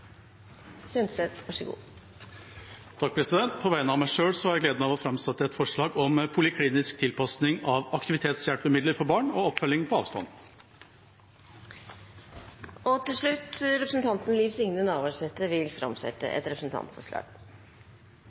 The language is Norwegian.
På vegne av meg selv har jeg gleden å framsette et forslag om poliklinisk tilpasning av aktivitetshjelpemidler for barn og oppfølging på avstand. Liv Signe Navarsete vil framsette et representantforslag.